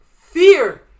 fear